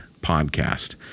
podcast